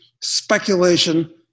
speculation